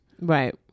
Right